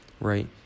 right